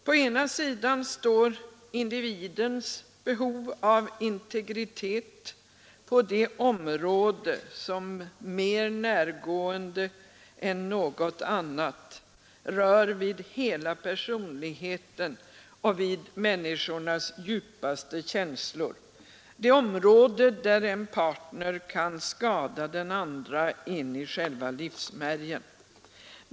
På ena sidan står individens behov av integritet på det område som mer närgående än något annat rör vid hela personligheten och vid människornas djupaste känslor, det område där en partner kan skada den andra in i själva livsmärgen.